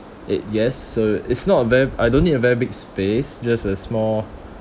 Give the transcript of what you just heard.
eight yes so it's not very I don't need a very big space just a small